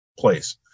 place